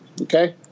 okay